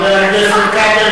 חבר הכנסת כבל,